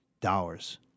dollars